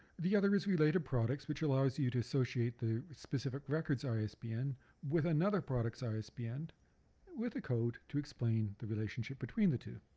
the other is related products which allows you to associate the with specific records isbn with another product's isbn with a code to explain the relationship between the two.